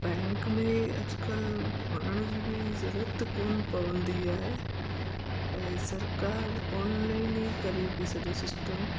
bank में अॼुकल्ह वञण जी बि ज़रूरत कोन पवंदी आहे ऐं सरकारि ऑनलाइन ई करे पेई सॼो सिस्टम